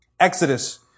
Exodus